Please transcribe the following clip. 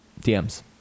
DMs